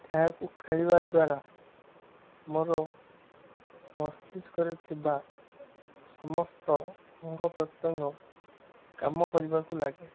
ଏହାକୁ ଖେଳିବା ଦ୍ୱାରା ମୋର ମସ୍ତିଷ୍କରେ ଥିବା ସମସ୍ତ ଅଙ୍ଗପ୍ରତ୍ୟଙ୍ଗ କାମ କରିବାକୁ ଲାଗେ